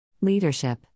Leadership